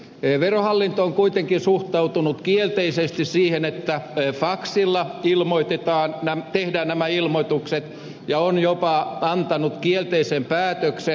verohallinto on kuitenkin suhtautunut kielteisesti siihen että faksilla tehdään nämä ilmoitukset ja on jopa antanut kielteisen päätöksen